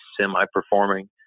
semi-performing